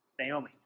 Naomi